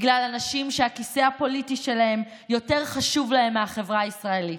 בגלל אנשים שהכיסא הפוליטי שלהם יותר חשוב להם מהחברה הישראלית.